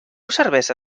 cervesa